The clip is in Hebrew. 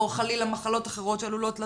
או חלילה מחלות אחרות שעלולות לצוץ.